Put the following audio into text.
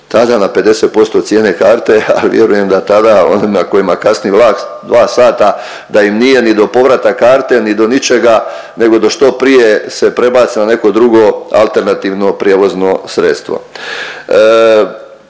tada na 50% cijene karte, a vjerujem da tada onima kojima kasni vlak 2 sata da im nije ni do povrata karte ni do ničega nego da što prije se prebace na neko drugo alternativno prijevozno sredstvo.